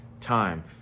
time